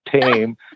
tame